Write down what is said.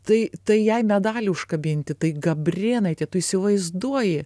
tai tai jai medalį užkabinti tai gabrėnaitė tu įsivaizduoji